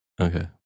Okay